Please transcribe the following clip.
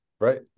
right